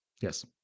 Yes